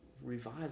revive